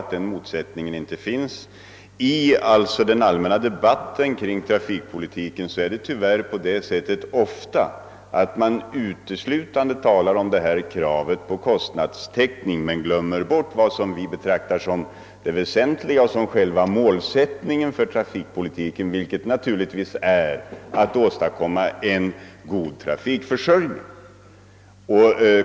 I den allmänna debatten om trafikpolitiken talar man tyvärr ofta uteslutande om kravet på kostnadstäckning men glömmer vad vi betraktar som det väsentliga och som själva målet för trafikpolitiken: att åstadkomma en god trafikförsörjning.